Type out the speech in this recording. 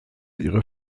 ihre